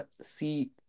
see